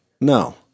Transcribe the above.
No